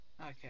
Okay